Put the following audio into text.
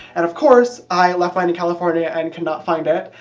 and of course i left mine in california and cannot find it.